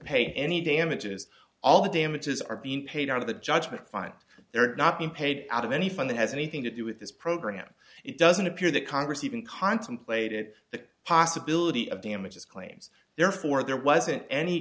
pay any damages all the damages are being paid out of the judgment fine they're not being paid out of any fund that has anything to do with this program it doesn't appear that congress even contemplated the possibility of damages claims therefore there wasn't any